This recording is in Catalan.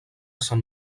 sant